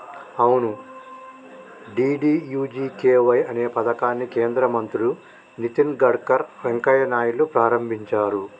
అవును డి.డి.యు.జి.కే.వై అనే పథకాన్ని కేంద్ర మంత్రులు నితిన్ గడ్కర్ వెంకయ్య నాయుడులు ప్రారంభించారు